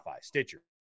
Stitcher